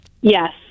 Yes